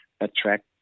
attract